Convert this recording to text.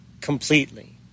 completely